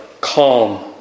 calm